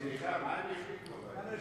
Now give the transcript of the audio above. סליחה, מה הם החליטו, הבית היהודי?